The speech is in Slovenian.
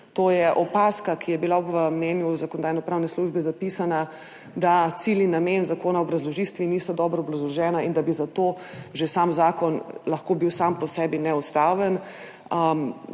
to je opazka, ki je bila v mnenju Zakonodajno-pravne službe zapisana, da cilj in namen zakona v obrazložitvi nista dobro obrazložena in da bi zato že sam zakon lahko bil sam po sebi neustaven.